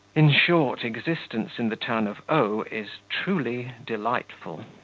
in short, existence in the town of o is truly delightful.